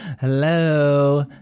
Hello